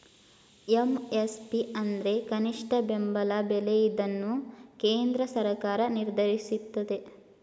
MSP ಅಂದ್ರೆ ಕನಿಷ್ಠ ಬೆಂಬಲ ಬೆಲೆ ಇದನ್ನು ಕೇಂದ್ರ ಸರ್ಕಾರ ನಿರ್ದೇಶಿಸುತ್ತದೆ